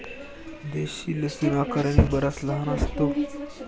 देशी लसूण आकाराने बराच लहान असतो